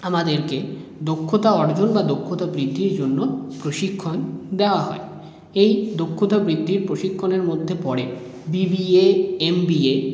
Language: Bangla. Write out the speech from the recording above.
আমাদেরকে দক্ষতা অর্জন বা দক্ষতা বৃদ্ধির জন্য প্রশিক্ষণ দেওয়া হয় এই দক্ষতা বৃদ্ধির প্রশিক্ষণের মধ্যে পড়ে B B A M B A